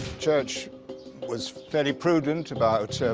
church was very prudent about